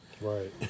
Right